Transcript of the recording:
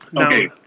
Okay